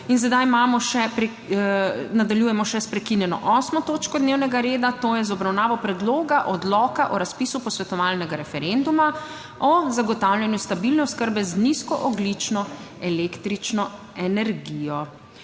še, nadaljujemo še s **prekinjeno 8. točko dnevnega reda, to je z obravnavo Predloga Odloka o razpisu posvetovalnega referenduma o zagotavljanju stabilne oskrbe z nizko ogljično električno energijo.**